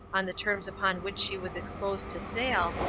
on the terms upon which she was exposed to sale,